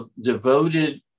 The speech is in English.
devoted